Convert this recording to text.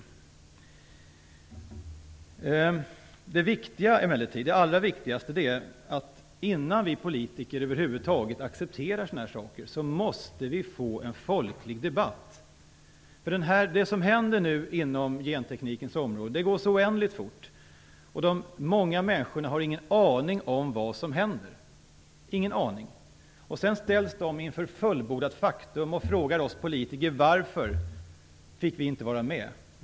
Det allra viktigaste är emellertid att vi måste få en folklig debatt innan vi politiker över huvud taget accepterar sådana här saker. Det som händer nu inom genteknikens område går så oändligt fort. De många människorna har ingen aning om vad som händer. Sedan ställs de inför fullbordat faktum och frågar oss politiker varför de inte fick vara med.